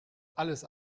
alles